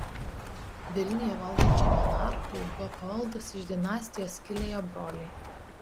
vilniuje valdančiam monarchui buvo pavaldūs iš dinastijos kilę jo broliai